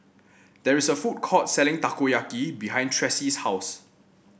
there is a food court selling Takoyaki behind Tressie's house